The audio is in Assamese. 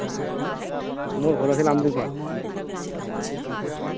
মোৰ ঘৰ আছিল আমৰিখোৱাত আমৰিখোৱা হয়